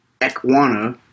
Ekwana